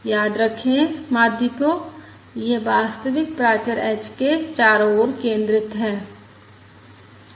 याद रखें माध्य को यह वास्तविक प्राचर h के चारों ओर केंद्रित है